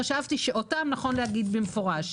חשבתי שאותם נכון לציין במפורש,